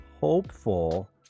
hopeful